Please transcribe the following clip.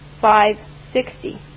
five-sixty